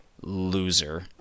loser